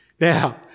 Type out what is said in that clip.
Now